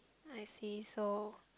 I see so